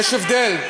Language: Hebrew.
יש הבדל.